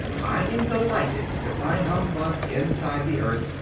i am delighted to find humbugs inside the earth,